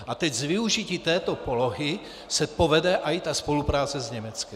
A teď s využitím této polohy se povede i ta spolupráce s Německem.